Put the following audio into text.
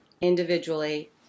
individually